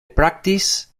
practice